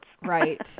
right